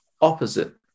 opposite